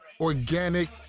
organic